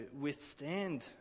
withstand